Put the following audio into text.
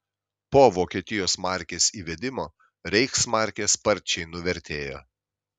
po vokietijos markės įvedimo reichsmarkė sparčiai nuvertėjo